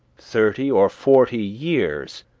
thirty, or forty years,